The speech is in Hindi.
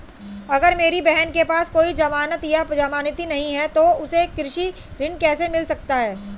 अगर मेरी बहन के पास कोई जमानत या जमानती नहीं है तो उसे कृषि ऋण कैसे मिल सकता है?